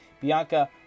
Bianca